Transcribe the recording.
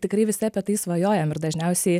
tikrai visi apie tai svajojam ir dažniausiai